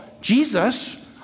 Jesus